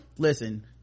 Listen